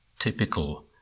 Typical